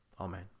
Amen